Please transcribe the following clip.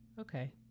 okay